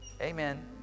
Amen